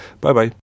Bye-bye